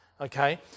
Okay